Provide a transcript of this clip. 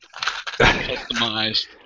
Customized